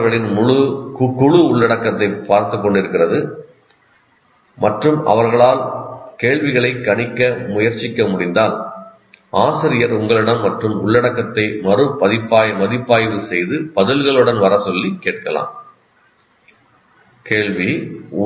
மாணவர்களின் குழு உள்ளடக்கத்தைப் பார்த்துக் கொண்டிருக்கிறது மற்றும் அவர்களால் கேள்விகளைக் கணிக்க முயற்சிக்க முடிந்தால் ஆசிரியர் உங்களிடம் மற்றும் உள்ளடக்கத்தை மறு மதிப்பாய்வு செய்து பதில்களுடன் வர சொல்லி கேட்கலாம் கேள்வி